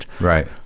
right